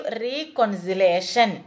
reconciliation